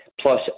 plus